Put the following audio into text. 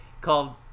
called